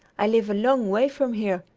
i live a long way from here,